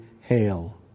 hail